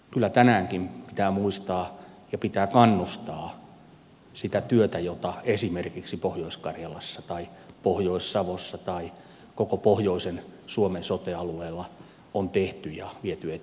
kyllä tänäänkin pitää muistaa ja pitää kannustaa sitä työtä jota esimerkiksi pohjois karjalassa tai pohjois savossa tai koko pohjoisen suomen sote alueella on tehty ja viety eteenpäin